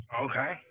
Okay